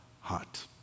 heart